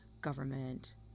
government